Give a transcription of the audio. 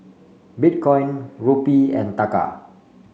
Bitcoin Rupee and Taka